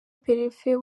perefe